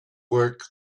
work